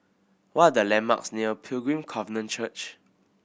what are the landmarks near Pilgrim Covenant Church